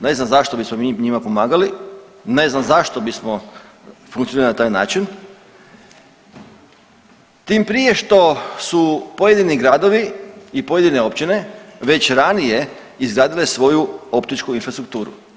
Ne znam zašto bismo mi njima pomagala, ne znam zašto bismo funkcionirali na taj način tim prije što su pojedini gradovi i pojedine općine već ranije izgradile svoju optičku infrastrukturu.